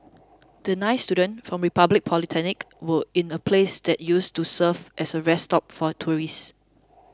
the nine students from Republic Polytechnic were in a place that used to serve as a rest stop for tourists